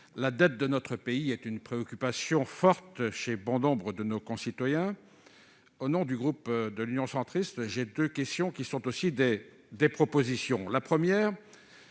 La dette de notre pays est une préoccupation forte pour bon nombre de nos concitoyens. Au nom du groupe Union Centriste, je souhaite poser deux questions, qui sont aussi des propositions. Premièrement,